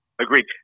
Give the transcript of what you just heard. Agreed